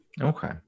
Okay